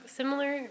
similar